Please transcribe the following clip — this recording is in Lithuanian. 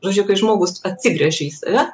žodžiu kai žmogus atsigręžia į save